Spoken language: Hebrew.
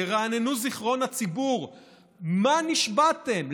תרעננו את זיכרון הציבור מה נשבעתם.